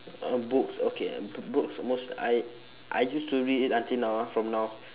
uh books okay b~ books most I I used to read it until now ah from now